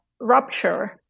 rupture